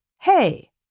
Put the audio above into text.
hey